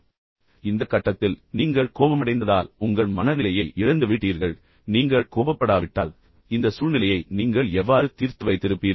எனவே இந்த கட்டத்தில் நீங்கள் கோபமடைந்ததால் உங்கள் மனநிலையை இழந்துவிட்டீர்கள் ஆனால் நீங்கள் கோபப்படாவிட்டால் இந்த சூழ்நிலையை நீங்கள் எவ்வாறு தீர்த்து வைத்திருப்பீர்கள்